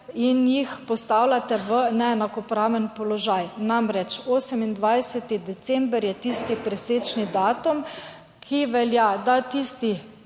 in jih postavljate v neenakopraven položaj. Namreč, 28. december je tisti presečni datum, ki velja, da tisti